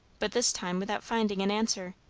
but this time without finding an answer.